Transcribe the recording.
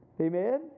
Amen